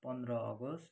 पन्ध्र अगस्त